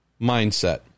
mindset